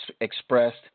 expressed